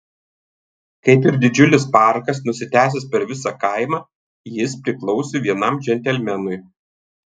kaip ir didžiulis parkas nusitęsęs per visą kaimą jis priklausė vienam džentelmenui